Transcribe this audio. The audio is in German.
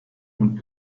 und